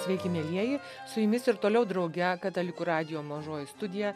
sveiki mielieji su jumis ir toliau drauge katalikų radijo mažoji studija